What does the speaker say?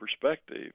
perspective